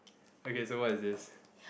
okay so what is this